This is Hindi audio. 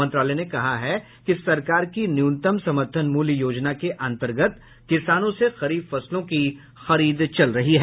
मंत्रालय ने कहा कि सरकार की न्यूनतम समर्थन मूल्य योजना के अंतर्गत किसानों से खरीफ फसलों की खरीद चल रही है